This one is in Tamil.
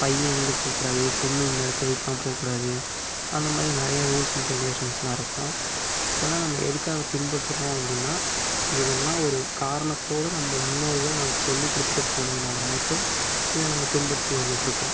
பையன் எங்கேயும் போக கூடாது பொண்ணு இந்த இடத்த வீட்டெல்லாம் போக கூடாது அந்தமாதிரி நிறைய ரூல்ஸ் அண்ட் ரெகுலேஷன்ஸ்ல்லாம் இருக்கும் இதெல்லாம் நம்ம எதுக்காக பின்பற்றணும் அப்படின்னா இதெல்லாம் ஒரு காரணத்தோடு நம்ம முன்னோர்கள் நமக்கு சொல்லிக் கொடுத்துட்டு போனதுனால் மட்டும் இதை நம்ம பின்பற்றி வந்துகிட்ருக்கோம்